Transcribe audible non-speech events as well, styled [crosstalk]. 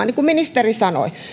[unintelligible] niin kuin ministeri sanoi